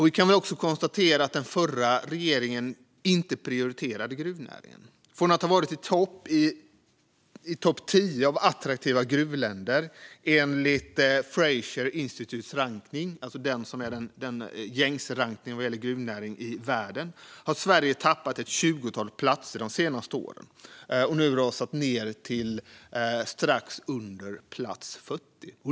Vi kan också konstatera att den förra regeringen inte prioriterade gruvnäringen. Från att ha tillhört topp tio bland attraktiva gruvländer, enligt Fraser Institutes rankning som är den gängse rankningen vad gäller gruvnäring i världen, har Sverige tappat ett tjugotal platser de senaste åren och nu rasat ned till strax under plats 40.